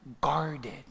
guarded